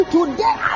Today